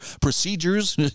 procedures